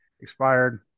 expired